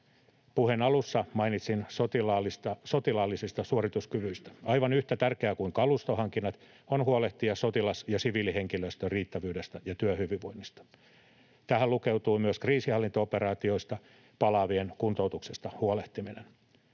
Puheen alussa mainitsin sotilaallisista suorituskyvyistä. Aivan yhtä tärkeää kuin kalustohankinnat on huolehtia sotilas- ja siviilihenkilöstön riittävyydestä ja työhyvinvoinnista. Tähän lukeutuu myös kriisinhallintaoperaatioista palaavien kuntoutuksesta huolehtiminen.